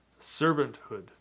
servanthood